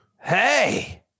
Hey